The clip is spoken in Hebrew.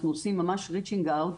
אנחנו עושים ממש ריצ'ינג אאוט